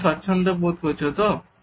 তুমি স্বচ্ছন্দ বোধ করছো তো